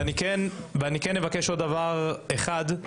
אני כן אבקש עוד דבר אחד.